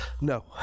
No